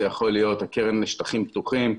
זה יכול להיות הקרן לשטחים פתוחים,